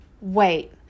wait